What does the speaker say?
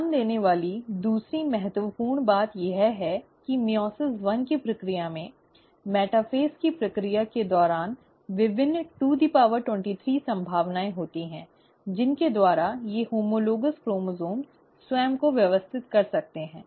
ध्यान देने वाली दूसरी महत्वपूर्ण बात यह है कि मइओसिस एक की प्रक्रिया में मेटाफ़ेज़ की प्रक्रिया के दौरान विभिन्न 223 संभावनाएँ होती हैं जिनके द्वारा ये होमोलोगॅस क्रोमोसोम्स स्वयं को व्यवस्थित कर सकते हैं